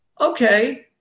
okay